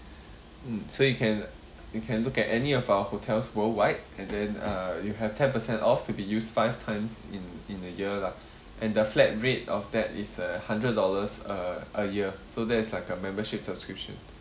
mm so you can you can look at any of our hotels worldwide and then uh you have ten percent off to be used five times in in a year lah and the flat rate of that is uh hundred dollars a a year so that is like a membership subscription